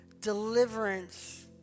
Deliverance